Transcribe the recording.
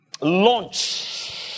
Launch